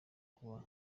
kuba